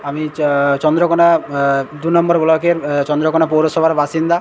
আমি চন্দ্রকোণা দু নম্বর ব্লকের চন্দ্রকোণা পৌরসভার বাসিন্দা